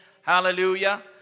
Hallelujah